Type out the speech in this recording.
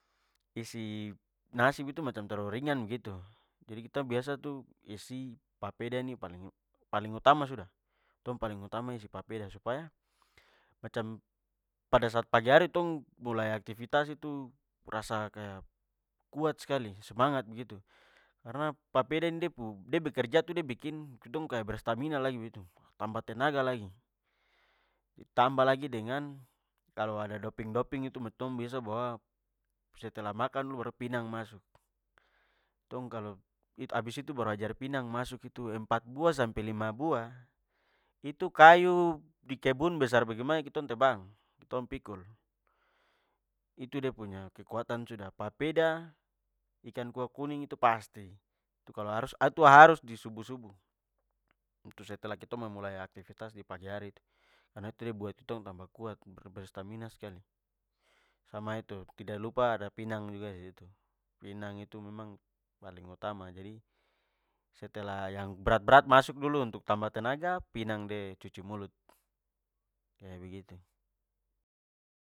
Isi nasi begitu macam terlalu ringan begitu jadi, kita biasa tu, isi papeda nih paling paling utama sudah. Tong paling utama isi papeda supaya, macam pada saat pagi hari tong mulai aktivitas tu, rasa kaya kuat skali, semangat begitu. karna papeda ini de pu, de bekerja itu de bikin ketong kaya berstamina lagi begitu, tambah tenaga lagi. Tambah lagi dengan kalo ada doping-doping itu tong biasa bawa setelah makan baru pinang masuk. Tong kalo habis itu baru ajar pinang masuk itu empat buah sampe lima buah, itu kayu di kebun besar bagemana juga tong tebang, tong pikul. Itu de punya kekuatan sudah. Papeda, ikan kuah kuning itu pasti. Itu kalo harus itu harus di subuh-subuh. Itu setelah ketong memulai aktivitas di pagi hari itu karna itu de buat ketong tambah kuat, stamina skali. Sama itu, tidak lupa ada pinang juga disitu. Pinang itu memang paling utama. Jadi setelah yang berat-berat masuk dulu untuk tambah tenaga, pinang de masuk untuk cuci mulut, kaya begitu.